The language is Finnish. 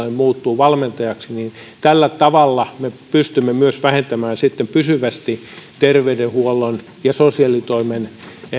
muuttuu valmentajaksi tällä tavalla me pystymme myös vähentämään sitten pysyvästi terveydenhuollon ja sosiaalitoimen